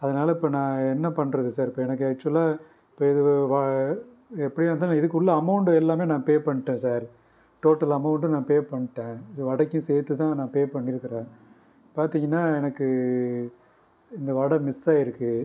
அதனால் இப்போ நான் என்ன பண்ணுறது சார் இப்போ எனக்கு ஆக்சுவலாக இப்போ இது வா எப்படியா இருந்தாலும் இதுக்குள்ள அமௌண்டு எல்லாமே நான் பே பண்ணிட்டேன் சார் டோட்டல் அமௌண்ட்டும் நான் பே பண்ணிட்டேன் இது வடைக்கும் சேர்த்து தான் நான் பே பண்ணியிருக்குறேன் பார்த்திங்கன்னா எனக்கு இந்த வடை மிஸ் ஆகிருக்கு